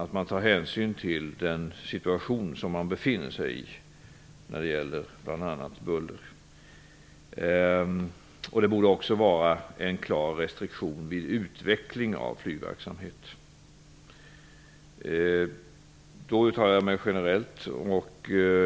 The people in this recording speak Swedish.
måste man, som jag ser det, ta hänsyn till den situation som råder när det bl.a. gäller buller. Det borde också vara en klar restriktion vid utveckling av flygverksamhet. Jag uttalar mig nu generellt.